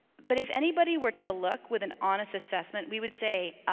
but if anybody were to look with an honest assessment, we would say,